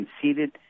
conceded